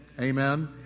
Amen